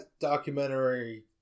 documentary